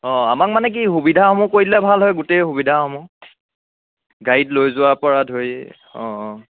অঁ আমাক মান কি সুবিধাসমূহ কৰি দিলে ভাল হয় গোটেই সুবিধাসমূহ গাড়ীত লৈ যোৱাৰ প ৰা ধৰি অঁ অঁ